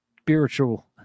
spiritual